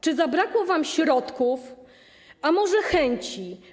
Czy zabrakło wam środków, a może chęci?